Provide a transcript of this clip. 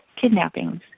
kidnappings